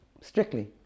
Strictly